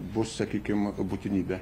bus sakykim būtinybė